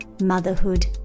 motherhood